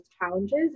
challenges